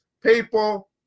people